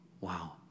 wow